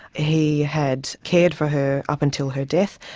he had cared for her up until her death,